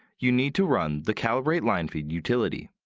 you need to run the calibrate linefeed utility.